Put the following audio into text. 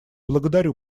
благодарю